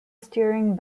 steering